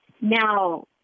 now